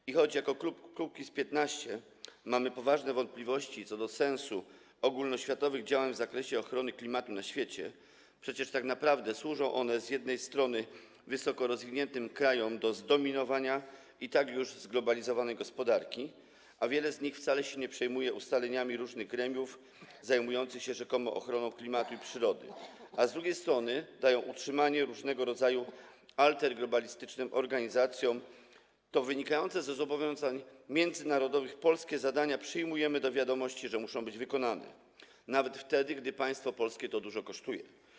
I choć jako klub Kukiz’15 mamy poważne wątpliwości co do sensu ogólnoświatowych działań w zakresie ochrony klimatu na świecie - przecież tak naprawdę służą one, z jednej strony, wysokorozwiniętym krajom do zdominowania i tak już zglobalizowanej gospodarki, a wiele z nich wcale się nie przejmuje ustaleniami różnych kręgów zajmujących się rzekomo ochroną klimatu i przyrody, a z drugiej strony, dają utrzymanie różnego rodzaju alterglobalistycznym organizacjom, to jeżeli chodzi o wynikające ze zobowiązań międzynarodowych polskie zadania - to przyjmujemy do wiadomości, że muszą być wykonane nawet wtedy, gdy dużo kosztuje to państwo polskie.